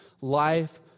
life